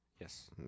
Yes